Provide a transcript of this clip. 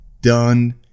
done